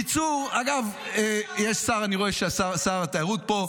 יש שר, אני רואה ששר התיירות פה.